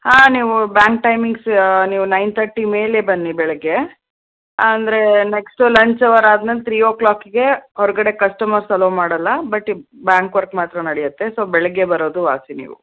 ಹಾಂ ನೀವು bank timings ನೀವು ನೈನ್ ಥರ್ಟಿ ಮೇಲೆ ಬನ್ನಿ ಬೆಳಗ್ಗೆ ಅಂದರೆ ನೆಕ್ಸ್ಟು ಲಂಚ್ ಅವರ್ ಆದಮೇಲೆ ಥ್ರೀ ಒಕ್ಲಾಕಿಗೆ ಹೊರಗಡೆ ಕಸ್ಟಮರ್ಸ್ ಅಲೋ ಮಾಡಲ್ಲ ಬಟ್ ಈ ಬ್ಯಾಂಕ್ ವರ್ಕ್ ಮಾತ್ರ ನಡೆಯತ್ತೆ ಸೊ ಬೆಳಗ್ಗೆ ಬರೋದು ವಾಸಿ ನೀವು